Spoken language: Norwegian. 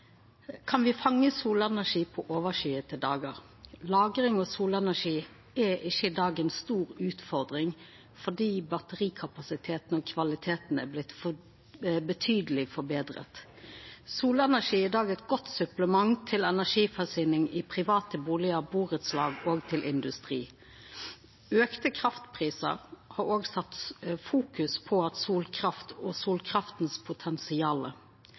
kan me fanga solenergi på overskya dagar. Lagring av solenergi er ikkje ei stor utfordring i dag, for batterikapasiteten og kvaliteten har blitt betydeleg forbetra. Solenergi er i dag eit godt supplement til energiforsyning i private bustader, burettslag og til industri. Auka kraftprisar har òg sett fokus på solkraft og